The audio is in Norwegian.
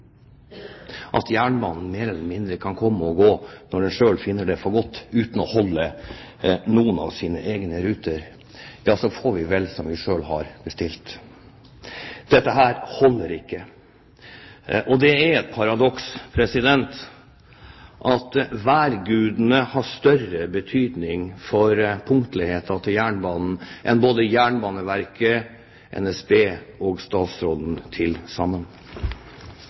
til jernbanen at jernbanen mer eller mindre kan komme og gå når den selv finner det for godt, uten å holde noen av sine egne ruter, får vi vel som vi selv har bestilt. Dette holder ikke. Det er et paradoks at værgudene har større betydning for punktligheten til jernbanen enn både Jernbaneverket, NSB og statsråden til sammen.